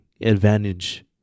advantage